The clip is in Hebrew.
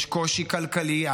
יש קושי כלכלי,